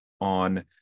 on